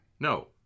No